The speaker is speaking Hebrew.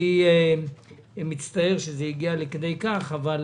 אני מצטער שזה הגיע לכדי כך, אבל